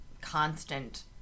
constant